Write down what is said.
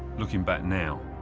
looking back now,